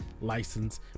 license